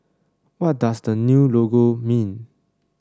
what does the new logo mean